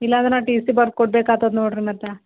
ಇಲ್ಲಾಂದ್ರೆ ನಾ T C ಬರ್ದ್ಕೊಡ್ಬೇಕು ಆತದೆ ನೋಡ್ರಿ ಮತ್ತೆ